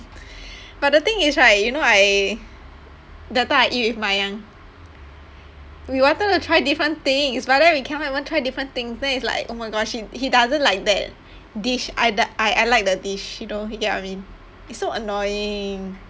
but the thing is right you know I that time I eat with we wanted to try different things but then we cannot even try different things then it's like oh my gosh he he doesn't like that dish I doe~ I I like the dish he don't you get what I mean it's so annoying